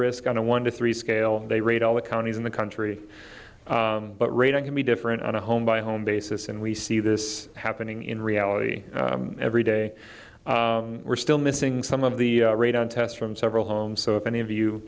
risk on a one to three scale they rate all the counties in the country but rating can be different on a home by home basis and we see this happening in reality every day we're still missing some of the radon test from several homes so if any of you